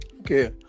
Okay